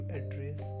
address